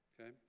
okay